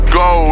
go